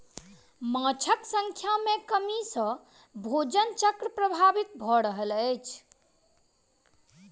माँछक संख्या में कमी सॅ भोजन चक्र प्रभावित भ रहल अछि